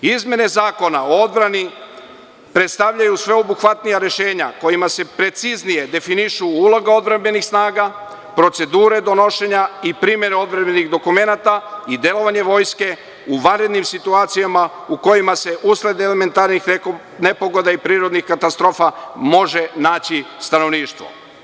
Izmene Zakona o odbrani predstavljaju sveobuhvatnija rešenja kojima se preciznije definiše uloga odbrambenih snaga, procedure donošenja i primena odbrambenih dokumenata i delovanje vojske u vanrednim situacijama u kojima se usled elementarnih nepogoda i prirodnih katastrofa može naći stanovništvo.